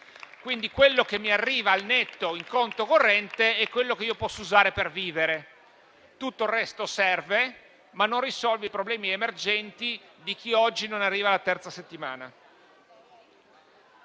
Quindi, quello che arriva al netto in conto corrente è quello che io posso usare per vivere. Tutto il resto serve, ma non risolve i problemi emergenti di chi oggi non arriva alla terza settimana.